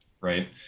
right